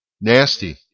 Nasty